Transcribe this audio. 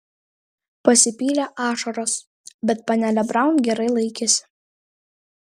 pasipylė ašaros bet panelė braun gerai laikėsi